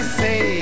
say